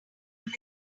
from